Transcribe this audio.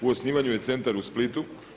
U osnivanju je centar u Splitu.